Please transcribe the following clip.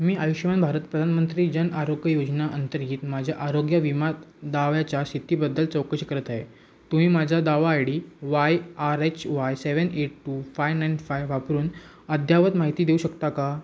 मी आयुष्मान भारत प्रधानमंत्री जन आरोग्य योजना अंतर्गत माझ्या आरोग्य विमा दाव्याच्या स्थितीबद्दल चौकशी करत आहे तुम्ही माझा दावा I D Y R H Y seven eight two five nine five वापरून अद्ययावत माहिती देऊ शकता का